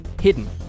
hidden